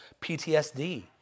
PTSD